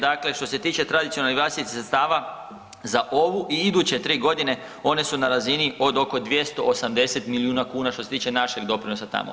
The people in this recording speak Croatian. Dakle što se tiče tradicionalnih vlastitih sredstava za ovu i iduće 3 godine, one su na razini od oko 280 milijuna kuna što se tiče našeg doprinosa tamo.